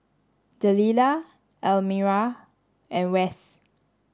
Delila Elmyra and Wes